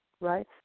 right